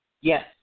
Yes